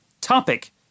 topic